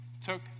took